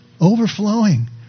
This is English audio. overflowing